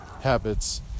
habits